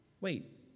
Wait